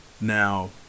Now